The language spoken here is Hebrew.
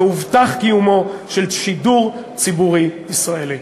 והובטח קיומו של שידור ציבורי ישראלי.